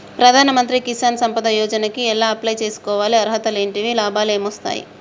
ప్రధాన మంత్రి కిసాన్ సంపద యోజన కి ఎలా అప్లయ్ చేసుకోవాలి? అర్హతలు ఏంటివి? లాభాలు ఏమొస్తాయి?